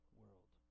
world